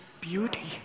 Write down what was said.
beauty